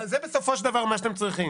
זה בסופו של דבר מה אתם צריכים.